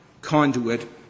conduit